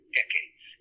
decades